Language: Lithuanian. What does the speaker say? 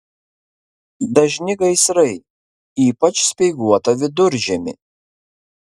dažni gaisrai ypač speiguotą viduržiemį